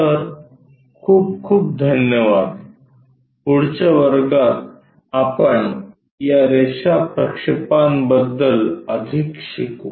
तर खूप खूप धन्यवाद पुढच्या वर्गात आपण या रेषा प्रक्षेपांबद्दल अधिक शिकू